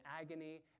agony